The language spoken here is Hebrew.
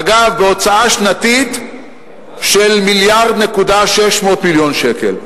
אגב, בהוצאה שנתית של 1.6 מיליארד שקל,